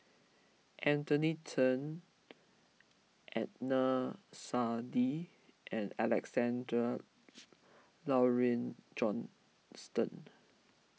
Anthony Chen Adnan Saidi and Alexander Laurie Johnston